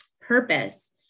purpose